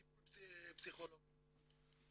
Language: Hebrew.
טיפול פסיכולוגי.